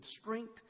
strength